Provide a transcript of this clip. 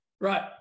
Right